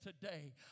today